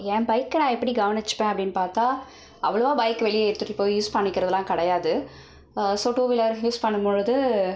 என் பைக்கை நான் எப்படி கவனிச்சிப்பேன் அப்படின்னு பார்த்தால் அவ்வளவா பைக் வெளியே எடுத்துகிட்டு போய் யூஸ் பண்ணிக்கிறதுலா கிடையாது ஸோ டூவீலர் யூஸ் பண்ணும் பொழுது